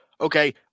okay